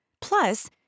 Plus